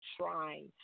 trying